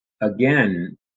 again